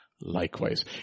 likewise